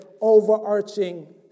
overarching